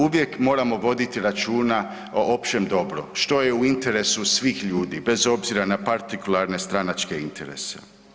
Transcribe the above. Uvijek moramo voditi računa o općem dobru, što je u interesu svih ljudi bez obzira na partikularne stranačke interese.